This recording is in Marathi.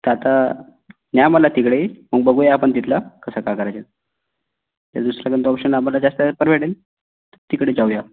आता न्या मला तिकडे मग बघू या आपण तिथलं कसं का करायचं ते दुसरं कोणतं ऑप्शन आम्हाला जास्त परवडेल तिकडे जाऊ या